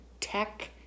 tech